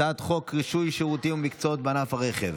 אני קובע שהצעת חוק הגנת הצרכן